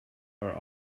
are